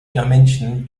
dimension